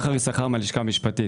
מהלשכה המשפטית.